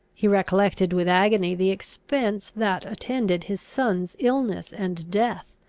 he recollected with agony the expense that attended his son's illness and death.